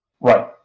Right